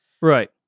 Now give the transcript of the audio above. Right